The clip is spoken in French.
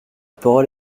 parole